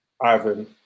Ivan